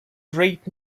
great